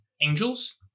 angels